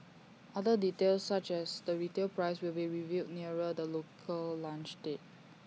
other details such as the retail price will be revealed nearer the local launch date